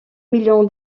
million